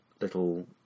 little